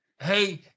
hey